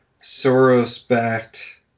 Soros-backed